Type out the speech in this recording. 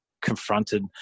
confronted